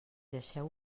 deixeu